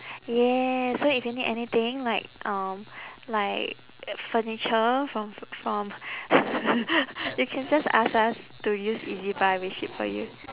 yes so if you need anything like um like furniture from from you can just ask us to use ezbuy we ship for you